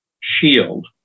shield